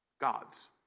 God's